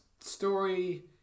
story